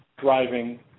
driving